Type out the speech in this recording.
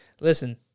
Listen